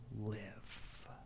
live